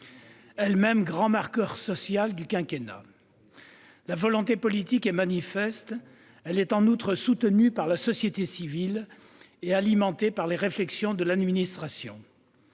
elle-même « grand marqueur social » du quinquennat. La volonté politique est manifeste. Elle est en outre soutenue par la société civile et alimentée par les réflexions de l'administration.